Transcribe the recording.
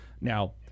now